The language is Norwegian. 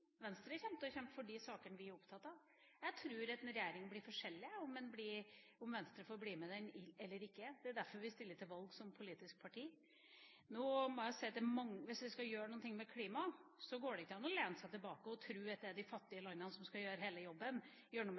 Venstre kommer til å kjempe for de sakene vi er opptatt av. Jeg tror at en regjering blir forskjellig, avhengig av om Venstre får bli med i den eller ikke – det er derfor vi stiller til valg som politisk parti. Så må jeg si at hvis vi skal gjøre noe med klima, går det ikke an å lene seg tilbake og tro at det er de fattige landene som skal gjøre hele jobben,